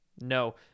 No